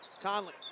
Conley